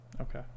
okay